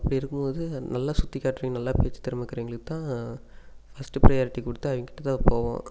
அப்படி இருக்கும்போது நல்லா சுற்றி காட்றவங்க நல்லா பேச்சு திறமை இருக்கிறவைங்களுக்கு தான் ஃபஸ்ட்டு ப்ரையாரிட்டி கொடுத்து அவங்ககிட்ட தான் போவோம்